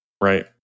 Right